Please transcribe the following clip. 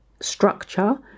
structure